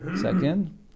Second